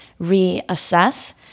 reassess